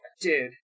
Dude